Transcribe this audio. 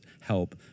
help